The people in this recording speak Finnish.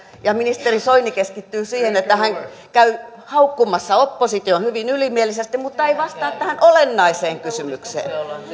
ja ministeri soini keskittyy siihen että käy haukkumassa opposition hyvin ylimielisesti mutta ei vastaa tähän olennaiseen kysymykseen